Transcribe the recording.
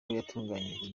yatunganyijwe